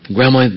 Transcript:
Grandma